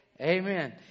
Amen